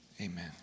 Amen